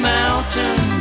Mountain